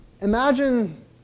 imagine